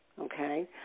okay